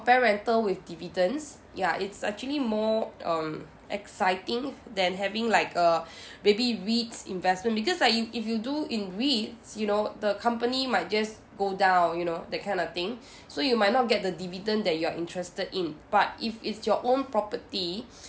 compare rental with dividends ya it's actually more um exciting than having like uh maybe REITs investment because like you if you do in REITs you know the company might just go down you know that kind of thing so you might not get the dividend that you are interested in but if it's your own property